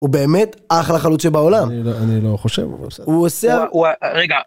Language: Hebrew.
‫הוא באמת אחלה חלוץ שבעולם. ‫-אני... אני לא חושב, אבל בסדר. -הוא עושה... -רגע...